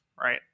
right